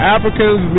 Africans